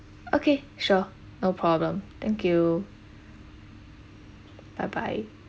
okay sure no problem thank you bye bye